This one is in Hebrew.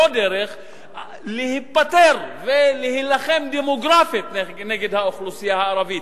דרך להיפטר ולהילחם דמוגרפית נגד האוכלוסייה הערבית,